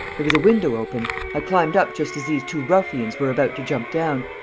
there was a window open. i climbed up just as these two ruffians were about to jump down.